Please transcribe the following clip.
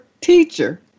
teacher